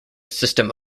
system